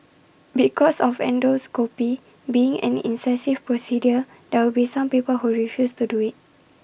because of endoscopy being an invasive procedure there will be some people who refuse to do IT